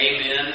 amen